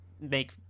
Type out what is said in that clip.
make